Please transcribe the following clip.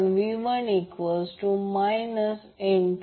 त्याचप्रमाणे समीकरण 3 आणि समीकरण 4 यांची बेरीज करा